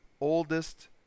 oldest